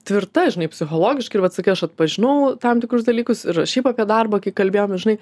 tvirta žinai psichologiškai ir vat sakai aš atpažinau tam tikrus dalykus ir šiaip apie darbą kai kalbėjomės žinai